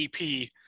EP